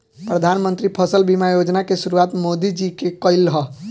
प्रधानमंत्री फसल बीमा योजना के शुरुआत मोदी जी के कईल ह